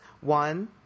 One